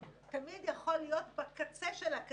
כשאתה רואה שדברים שמיוחסים לעיתונאי כמו